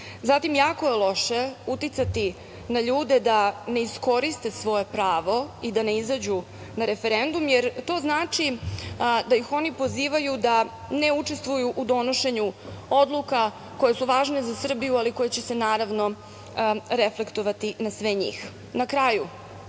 Zatim, jako je loše uticati na ljude ne iskoriste svoje pravo i da ne izađu na referendum jer to znači da ih oni pozivaju da ne učestvuju u donošenju odluka koje su važne za Srbiju, ali koje će se naravno reflektovati na sve njih. Na kraju,